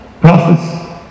prophets